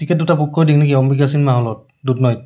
ticket দুটা book কৰি